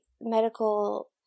medical